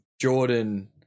Jordan